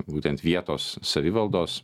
būtent vietos savivaldos